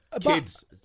Kids